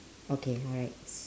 okay alrights